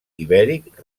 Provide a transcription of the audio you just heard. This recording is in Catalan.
ibèric